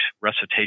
recitation